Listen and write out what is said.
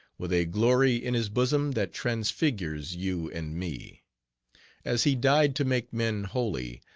with a glory in his bosom that transfigures you and me as he died to make men holy,